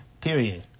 Period